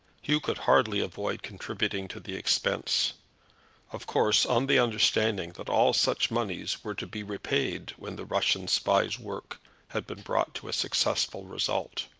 hugh could hardly avoid contributing to the expense of course on the understanding that all such moneys were to be repaid when the russian spy's work had been brought to a successful result.